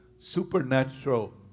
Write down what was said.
supernatural